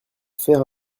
faire